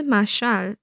Mashal